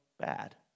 bad